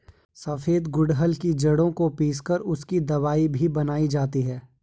सफेद गुड़हल की जड़ों को पीस कर उसकी दवाई भी बनाई जाती है